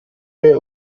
der